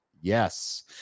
yes